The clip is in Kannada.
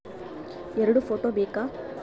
ಎರಡು ಫೋಟೋ ಬೇಕಾ?